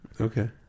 Okay